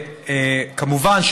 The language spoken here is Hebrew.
כמובן,